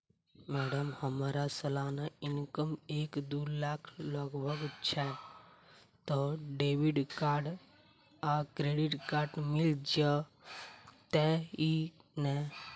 Madam हम्मर सलाना income एक दु लाख लगभग छैय तऽ डेबिट कार्ड आ क्रेडिट कार्ड मिल जतैई नै?